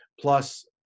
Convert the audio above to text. Plus